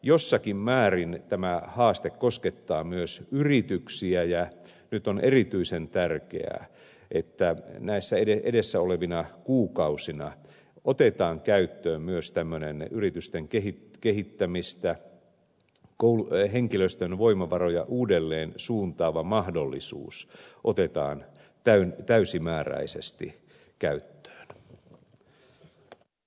jossakin määrin tämä haaste koskettaa myös yrityksiä ja nyt on erityisen tärkeää että edessä olevina kuukausina myös tämmöinen yritysten henkilöstön voimavaroja uudelleen suuntaava mahdollisuus otetaan täysimääräisesti käyttöön